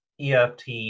EFT